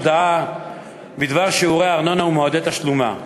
הודעה בדבר שיעורי הארנונה ומועדי תשלומה.